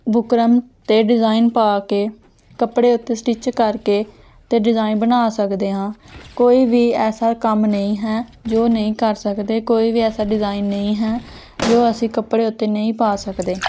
buckram 'ਤੇ design ਪਾ ਕੇ ਕੱਪੜੇ ਉੱਤੇ ਸਟਿਚ ਕਰਕੇ ਅਤੇ ਡਿਜ਼ਾਇਨ ਬਣਾ ਸਕਦੇ ਹਾਂ ਕੋਈ ਵੀ ਐਸਾ ਕੰਮ ਨਹੀਂ ਹੈ ਜੋ ਨਹੀਂ ਕਰ ਸਕਦੇ ਕੋਈ ਵੀ ਐਸਾ ਡਿਜ਼ਾਇਨ ਨਹੀਂ ਹੈ ਜੋ ਅਸੀਂ ਕੱਪੜੇ ਉੱਤੇ ਨਹੀਂ ਪਾ ਸਕਦੇ